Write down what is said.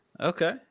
okay